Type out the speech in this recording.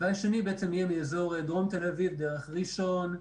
תוואי שני יהיה מאזור תל אביב דרך ראשון לציון,